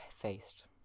faced